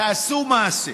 תעשו מעשה.